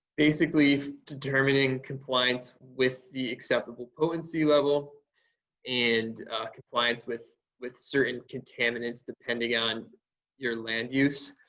basically determining compliance with the acceptable potency level and compliance with with certain contaminants depending on your land use